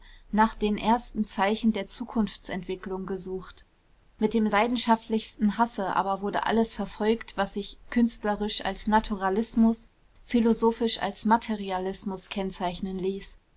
nach den ersten zeichen der zukunftsentwickelungen gesucht mit dem leidenschaftlichsten hasse aber wurde alles verfolgt was sich künstlerisch als naturalismus philosophisch als materialismus kennzeichnen ließ